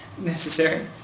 necessary